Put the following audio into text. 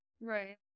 right